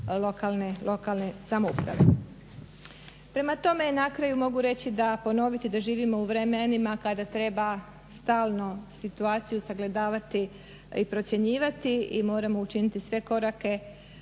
lokalne samouprave. Prema tome, na kraju mogu reći da, ponoviti da živimo u vremenima kada treba stalno situaciju sagledavati i procjenjivati i moramo učiniti sve korake,